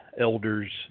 elders